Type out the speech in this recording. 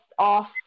Off